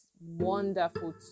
wonderful